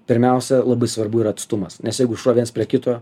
pirmiausia labai svarbu yra atstumas nes jeigu šuo viens prie kito